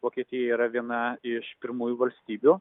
vokietija yra viena iš pirmųjų valstybių